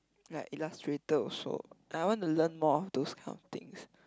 like Illustrator also I want to learn more of those kind of things